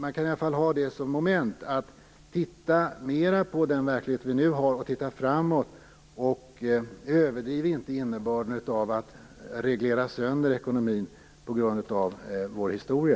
Man kan i alla fall ha det som ett moment: Titta mer på den verklighet vi har och på framtiden, och överdriv inte innebörden av en sönderreglering av ekonomin på grund av vår historia!